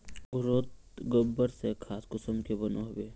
घोरोत गबर से खाद कुंसम के बनो होबे?